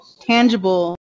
tangible